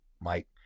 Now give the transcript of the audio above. mike